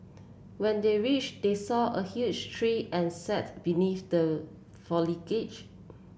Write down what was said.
when they reached they saw a huge tree and sat beneath the